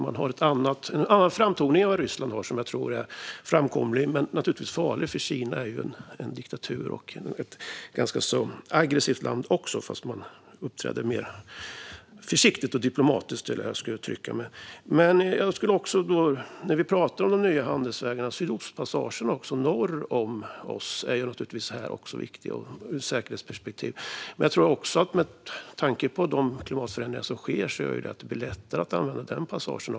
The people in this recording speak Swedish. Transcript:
Kina har en annan framtoning än Ryssland, som jag tror är framkomlig men naturligtvis också farlig. Kina är en diktatur och ett ganska aggressivt land fast man uppträder mer försiktigt och diplomatiskt - eller hur jag ska uttrycka mig. När vi pratar om de nya handelsvägarna vill jag nämna Sydostpassagen, alltså norr om oss, som också är viktig ur säkerhetsperspektiv. Med tanke på de klimatförändringar som sker kommer det att det blir lättare att använda denna passage.